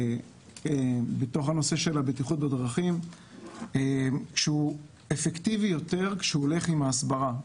בתוך נושא בטיחות בדרכים והוא אפקטיבי יותר כשהוא הולך עם ההסברה.